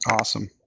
Awesome